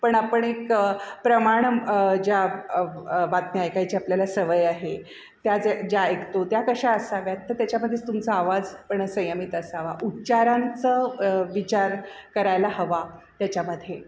पण आपण एक प्रमाणम् ज्या बातमी ऐकायची आपल्याला सवय आहे त्या जे ज्या ऐकतो त्या कशा असाव्यात तर त्याच्यामध्येच तुमचा आवाज पण संयमित असावा उच्चारांचं विचार करायला हवा त्याच्यामध्ये